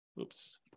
oops